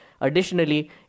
Additionally